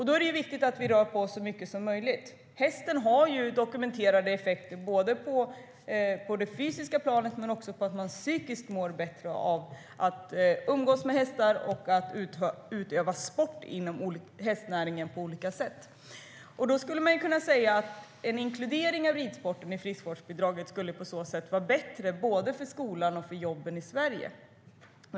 Då är det viktigt att vi rör på oss så mycket som möjligt. Hästen har dokumenterade effekter, både på det fysiska planet och genom att man psykiskt mår bättre av att umgås med hästar och utöva sport inom hästnäringen på olika sätt. På så sätt skulle man kunna säga att en inkludering av ridsporten i friskvårdsbidraget skulle vara bättre både för skolan och för jobben i Sverige.